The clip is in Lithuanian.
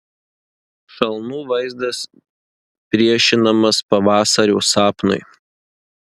šalnų vaizdas priešinamas pavasario sapnui